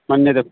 ಮೊನ್ನೆದು